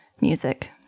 music